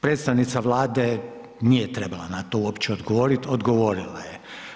Predstavnica Vlade nije trebala na to uopće odgovoriti, odgovorila je.